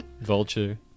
Vulture